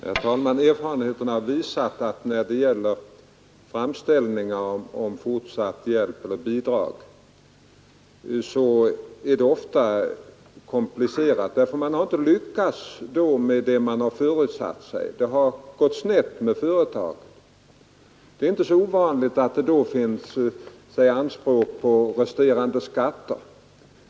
Herr talman! Erfarenheterna har visat att ärenden som gäller framställningar om fortsatt näringshjälp ofta är komplicerade, eftersom det då har gått snett med företaget; man har inte lyckats med vad man har föresatt sig. Det är inte så ovanligt att det då finns anspråk på resterande skatter.